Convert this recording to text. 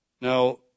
Now